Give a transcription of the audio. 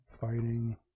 fighting